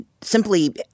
Simply